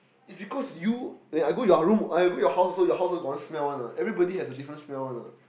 is because you when I go your room your house also got one smell one what everybody has a different smell one what